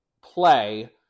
play